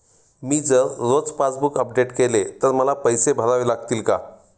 मी जर रोज passbook update केले तर मला पैसे भरावे लागतील का?